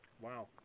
Wow